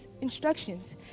instructions